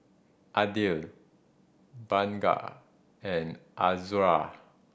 Aidil Bunga and Azura